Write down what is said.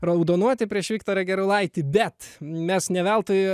raudonuoti prieš viktorą gerulaitį bet mes ne veltui